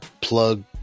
plug